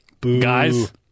Guys